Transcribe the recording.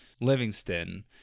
Livingston